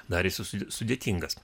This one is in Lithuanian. darėsi sudėtingas